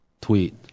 tweet